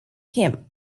him